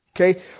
Okay